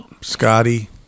Scotty